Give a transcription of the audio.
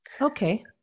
Okay